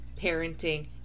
parenting